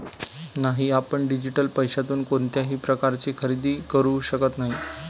नाही, आपण डिजिटल पैशातून कोणत्याही प्रकारचे खरेदी करू शकत नाही